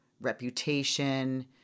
reputation